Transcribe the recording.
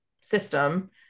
system